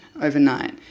overnight